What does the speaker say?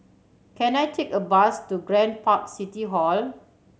can I take a bus to Grand Park City Hall